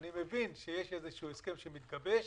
אני מבין שיש הסכם שמתגבש.